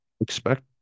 expect